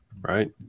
right